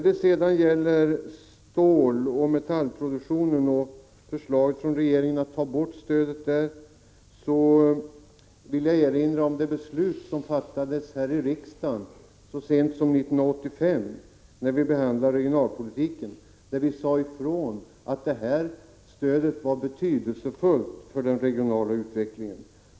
Beträffande regeringens förslag att ta bort stödet till ståloch metallproduktion vill jag erinra om det beslut som fattades i riksdagen så sent som 1985 då vi behandlade regionalpolitiken. Vi sade då ifrån att detta stöd var betydelsefullt för den regionala utvecklingen.